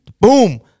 boom